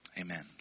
Amen